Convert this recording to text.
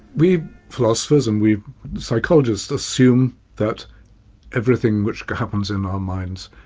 we philosophers, and we psychologists, assume that everything which happens in our minds,